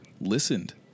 listened